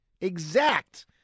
exact